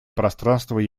пространство